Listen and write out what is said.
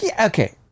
Okay